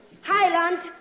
highland